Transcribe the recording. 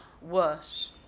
worse